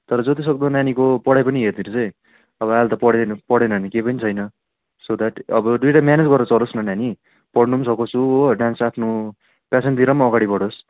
तर जति सक्दो नानीको पढाइ पनि हेरिदिनुहोस् है अब अहिले त पढेन पढेन भने केही पनि छैन सो द्याट अब दुईवटा म्यानेज गरेर चलोस न नानी पढ्नु पनि सकोस् ऊ हो डान्स आफ्नो प्यासनतिर पनि अगाडि बढोस्